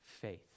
faith